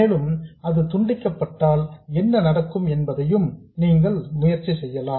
மேலும் அது துண்டிக்கப்பட்டால் என்ன நடக்கும் என்பதையும் நீங்கள் முயற்சி செய்யலாம்